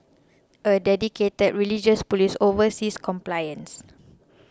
a dedicated religious police oversees compliances